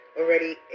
already